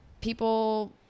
people